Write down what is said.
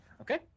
Okay